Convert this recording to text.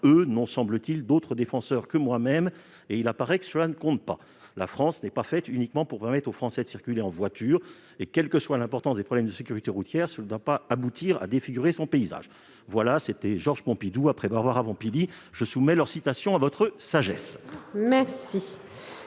eux, n'ont, semble-t-il, d'autres défenseurs que moi-même et il apparaît que cela ne compte pas. La France n'est pas faite uniquement pour permettre aux Français de circuler en voiture, et, quelle que soit l'importance des problèmes de sécurité routière, cela ne doit pas aboutir à défigurer son paysage. » Après celle de Barbara Pompili, je soumets cette citation de George